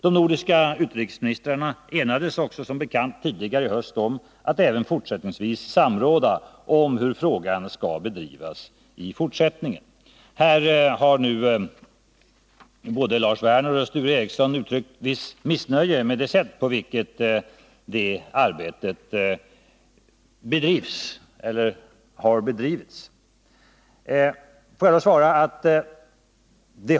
De nordiska utrikesministrarna enades också som bekant tidigare i höst om att samråda om hur frågan skall drivas i fortsättningen. Både Lars Werner och Sture Ericson har uttryckt visst missnöje med det sätt på vilket det arbetet har bedrivits. På det vill jag svara följande.